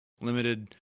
limited